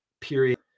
Period